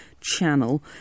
channel